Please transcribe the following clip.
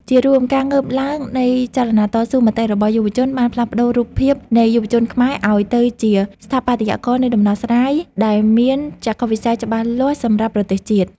ជារួម ការងើបឡើងនៃចលនាតស៊ូមតិរបស់យុវជន បានផ្លាស់ប្តូររូបភាពនៃយុវជនខ្មែរឱ្យទៅជា ស្ថាបត្យករនៃដំណោះស្រាយ ដែលមានចក្ខុវិស័យច្បាស់លាស់សម្រាប់ប្រទេសជាតិ។